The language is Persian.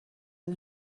این